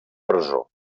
presó